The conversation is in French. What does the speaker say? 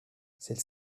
celle